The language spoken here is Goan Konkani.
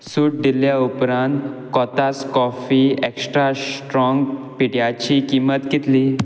सूट दिल्या उपरांत कॉथास कॉफी एक्स्ट्रा स्ट्रॉंग पिठ्याची किंमत कितली